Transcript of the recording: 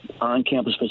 on-campus